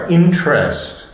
interest